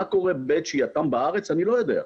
מה קורה בעת שהייתן בארץ אני לא יודע,